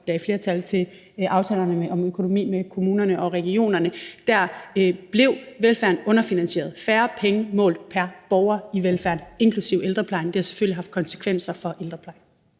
lagde flertal til aftaler om økonomi med kommunerne og regionerne, blev velfærden underfinansieret. Der var færre penge målt pr. borger i velfærden, inklusiv ældreplejen, og det har selvfølgelig haft konsekvenser for ældreplejen.